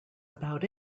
about